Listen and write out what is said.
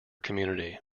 community